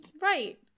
Right